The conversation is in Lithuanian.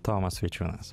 tomas vaičiūnas